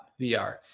VR